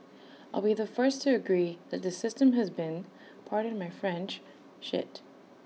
I'll be the first to agree that the system has been pardon my French shit